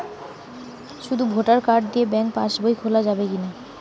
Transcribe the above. শুধু voter card দিয়ে bank pass বই খোলা যাবে কিনা?